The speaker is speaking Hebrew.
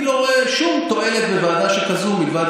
אני לא רואה שום תועלת בוועדה שכזאת מלבד